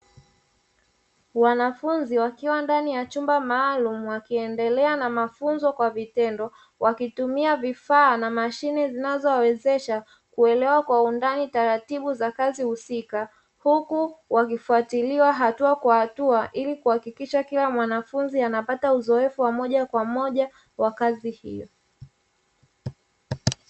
Wanafunzi wakiwa ndani ya chumba maalumu wakiendelea na mafunzo kwa vitendo, wakitumia vifaa na mashine zinazowawezesha kuelewa kwa undani taratibu za kazi husika huku wakifuatiliwa hatua kwa hatua, ili kuhakikisha kila mwanafunzi anapata uzoefu wa moja kwa moja wa kazi hiyo.